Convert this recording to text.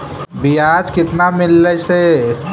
बियाज केतना मिललय से?